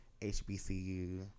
HBCU